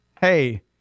hey